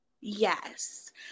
Yes